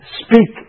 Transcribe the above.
speak